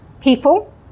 people